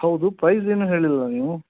ಹೌದು ಪ್ರೈಸ್ ಏನು ಹೇಳಿಲ್ಲ ನೀವು